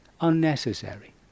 unnecessary